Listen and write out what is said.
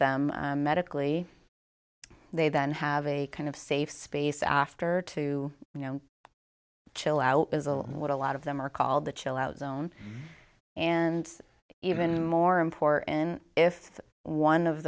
them medically they then have a kind of safe space after to you know chill out bizzle what a lot of them are called the chill out zone and even more important if one of